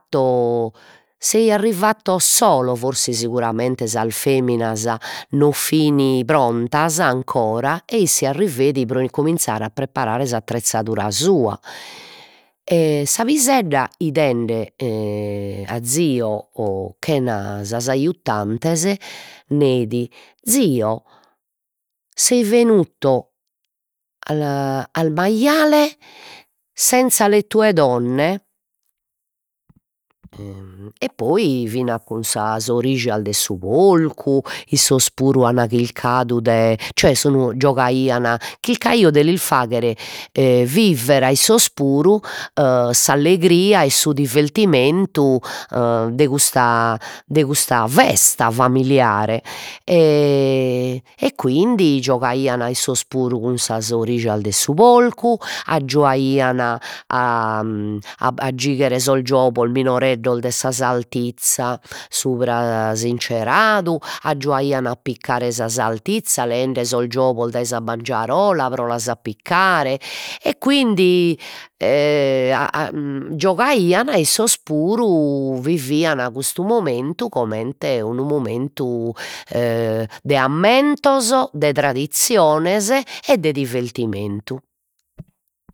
To sei arrivato solo, forsi seguramente sas feminas non fin prontas ancora, e isse arriveit pro incominzare a preparare s'attrezzadura sua, e sa pisedda 'idende a zio o chena sas aggiuantes neit: zio sei venuto al maiale senza le tue donne? E poi fina cun sas orijas de su polcu, issos puru an chircadu de cioè sun, giogaian chircaio de lis fagher e viver a issos puru s'allegria su divertimentu e de custa de custa festa familiare e quindi giogaian issos puru cun sas orijas de su polcu, aggiuaian a giugher sos giogos minoreddos de sa sartizza subra s'incheradu, aggiuaian a appiccare sa sartizza lênde sos giogos dai sa bangiarola pro las appiccare e quindi a giogaian e issos puru vivian custu momentu comente unu momentu e de ammentos, de tradiziones e de divertimentu.